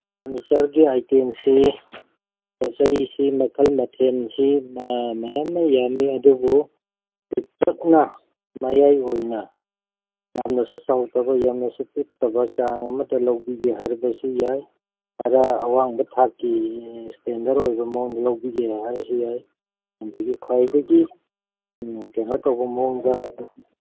ꯐꯔꯅꯤꯆꯔꯒꯤ ꯑꯥꯏꯇꯦꯝꯁꯤ ꯄꯣꯠ ꯆꯩꯁꯤ ꯃꯈꯜ ꯃꯊꯦꯜꯁꯤ ꯃꯌꯥꯝ ꯑꯃ ꯌꯥꯝꯃꯤ ꯑꯗꯨꯕꯨ ꯄꯤꯛꯇꯛꯅ ꯃꯌꯥꯏ ꯑꯣꯏꯅ ꯌꯥꯝꯅꯁꯨ ꯆꯥꯎꯗꯕ ꯌꯥꯝꯅꯁꯨ ꯄꯤꯛꯇꯕ ꯆꯥꯡ ꯑꯃꯗ ꯂꯧꯕꯤꯒꯦ ꯍꯥꯏꯔꯒꯁꯨ ꯌꯥꯏ ꯈꯔ ꯑꯋꯥꯡꯕ ꯊꯥꯛꯀꯤ ꯏꯁꯇꯦꯟꯗꯔ ꯑꯣꯏꯕ ꯃꯑꯣꯡꯗ ꯂꯧꯕꯤꯒꯦ ꯍꯥꯏꯔꯒꯁꯨ ꯌꯥꯏ ꯑꯗꯒꯤ ꯈ꯭ꯋꯥꯏꯗꯒꯤ ꯀꯩꯅꯣ ꯇꯧꯕ ꯃꯑꯣꯡꯗ